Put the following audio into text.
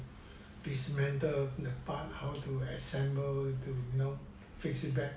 piece metal the part how to assemble how to fix it back